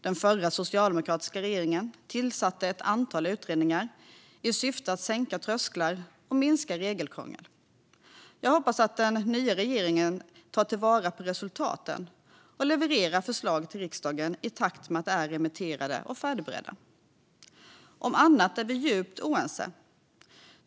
Den förra socialdemokratiska regeringen tillsatte ett antal utredningar i syfte att sänka trösklar och minska regelkrångel. Jag hoppas att den nya regeringen tar vara på resultaten och levererar förslag till riksdagen i takt med att de är remitterade och färdigberedda. Om annat är vi djupt oense.